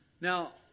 Now